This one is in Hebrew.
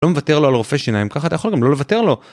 לא מוותר לו על רופא שיניים, ככה אתה יכול גם לא לוותר לו.